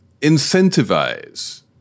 incentivize